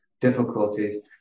difficulties